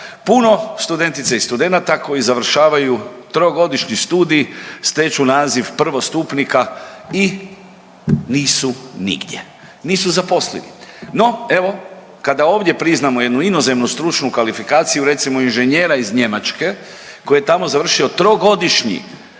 Puno studentica i studenata koji završavaju trogodišnji studij, steču naziv prvostupnika i nisu nigdje. Nisu zaposlivi. No, evo kada ovdje priznamo jednu inozemnu stručnu kvalifikaciju recimo inženjera iz Njemačke koji je tamo završio trogodišnji